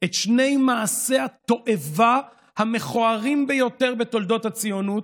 את שני מעשי התועבה המכוערים ביותר בתולדות הציונות.